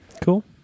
Cool